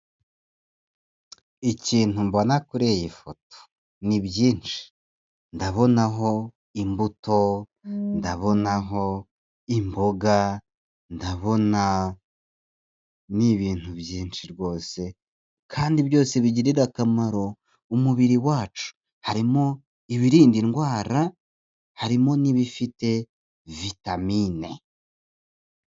Ikintu mbona kuri iyi foto ni byinshi ndabonaho imbuto, ndabonaho imboga, ndabona ni ibintu byinshi rwose kandi byose bigirira akamaro umubiri wacu, harimo ibirinda indwara, harimo n'ibifite vitamine.